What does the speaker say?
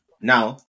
now